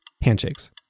Handshakes